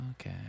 Okay